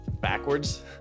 backwards